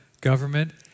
government